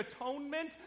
atonement